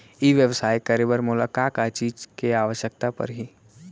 ई व्यवसाय करे बर मोला का का चीज के आवश्यकता परही?